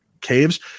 caves